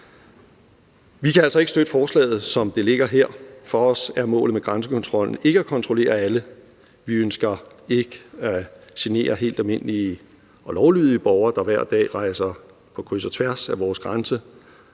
Vi kan altså ikke støtte forslaget, som det ligger her. For os er målet med grænsekontrollen ikke at kontrollere alle. Vi ønsker ikke at genere helt almindelige og lovlydige borgere, der hver dag rejser på kryds og tværs af vores grænser,